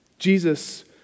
Jesus